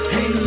Hey